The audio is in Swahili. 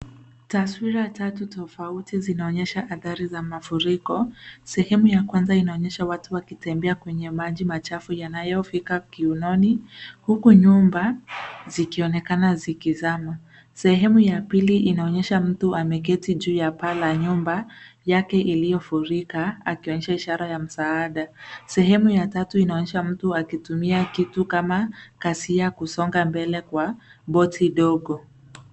Taswira tatu tofauti zinaonyesha adhari za mafuriko: Sehemu ya kwanza inaonyesha watu wakitembea kwenye maji machafu yanayofika kiunoni, huku nyumba zikionekana zikizama. Sehemu ya pili inaonyesha mtu ameketi juu ya paa la nyumba yake iliyofurika, akionyesha ishara ya msaada. Sehemu ya tatu inaonyesha mtu akitumia kitu kama kazia kusonga mbele kwa boti dogo.